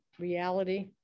reality